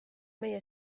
meie